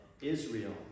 Israel